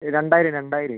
രണ്ടായിരം രണ്ടായിരമേ